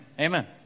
amen